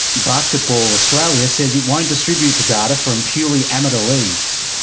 basketball australia says it won't distribute the data from purely amateur leagues,